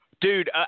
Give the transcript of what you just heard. Dude